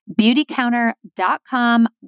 beautycounter.com